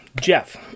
Jeff